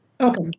okay